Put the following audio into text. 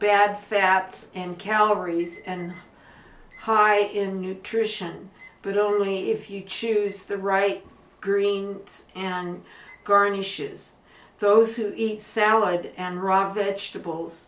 bad fats and calories and high in nutrition but only if you choose the right green and garnishes those who eat salad and raw vegetables